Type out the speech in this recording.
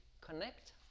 connect